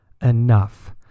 enough